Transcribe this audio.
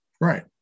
Right